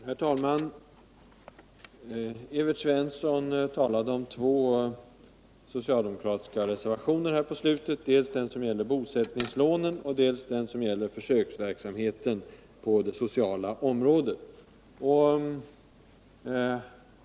Herr talman! Evert Svensson talade i slutet av sitt anförande om två socialdemokratiska reservationer, dels den som gäller bosättningslånen, dels den som gäller försöksverksamheten på det sociala området.